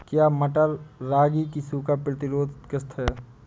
क्या मटर रागी की सूखा प्रतिरोध किश्त है?